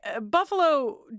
Buffalo